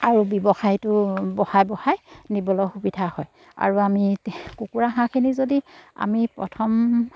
আৰু ব্যৱসায়টো বঢ়াই বঢ়াই নিবলৈ সুবিধা হয় আৰু আমি কুকুৰা হাঁহখিনি যদি আমি প্ৰথম